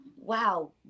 wow